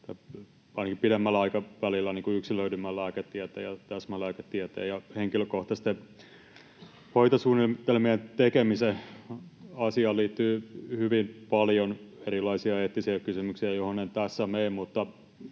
ainakin pidemmällä aikavälillä yksilöidymmän lääketieteen ja täsmälääketieteen ja henkilökohtaisten hoitosuunnitelmien tekemisen. Asiaan liittyy hyvin paljon erilaisia eettisiä kysymyksiä, joihin en tässä mene.